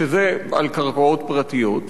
כשזה על קרקעות פרטיות?